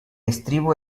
estribo